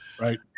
Right